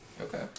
Okay